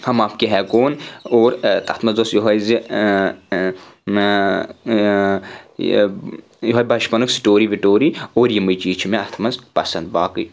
ہم آپ کے ہے کون اور تَتھ منٛز اوس یِہوے زِ یِہُے بَچپَنُک سٕٹورِی وٕٹورِی اور یِمٕے چیٖز چھِ مےٚ اتھ منٛز پسنٛد باقٕے